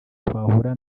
twahura